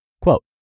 Quote